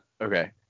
Okay